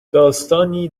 داستانی